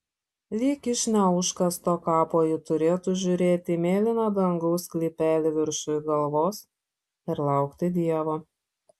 lyg iš neužkasto kapo ji turėtų žiūrėti į mėlyno dangaus sklypelį viršuj galvos ir laukti dievo